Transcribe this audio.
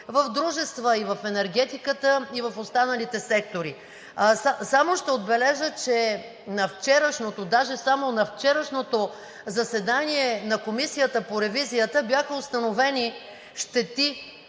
в дружества и в енергетиката, и в останалите сектори. Само ще отбележа, че на вчерашното, даже само на вчерашното заседание на Комисията по ревизията бяха установени щети